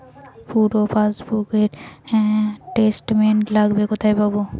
পুরো পাসবুকের স্টেটমেন্ট লাগবে কোথায় পাব?